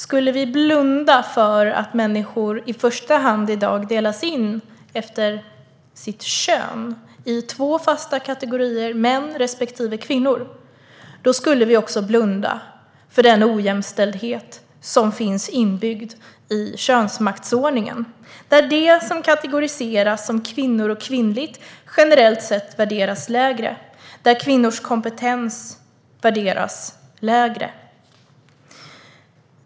Skulle vi blunda för att människor i första hand i dag delas in efter sitt kön i två fasta kategorier, män respektive kvinnor, skulle vi också blunda för den ojämställdhet som finns inbyggd i könsmaktsordningen, där kvinnor, kvinnors kompetens och det som kategoriseras som kvinnligt generellt sett värderas lägre.